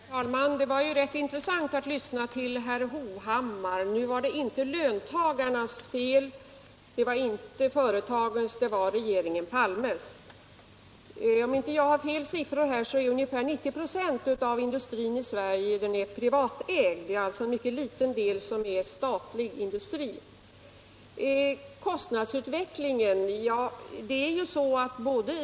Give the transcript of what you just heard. Herr talman! Det var rätt intressant att lyssna till herr Hovhammar. Nu var det inte löntagarnas fel, och det var inte företagens. Det var regeringen Palmes. Om jag inte har fel siffror här, så är ungefär 90 96 av industrin i Sverige privatägd. Vi har alltså en mycket liten andel statlig industri. Herr Hovhammar talade om kostnadsutvecklingen.